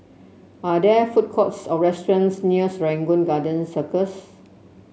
are there food courts or restaurants near Serangoon Garden Circus